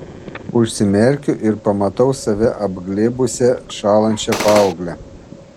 užsimerkiu ir pamatau save apglėbusią šąlančią paauglę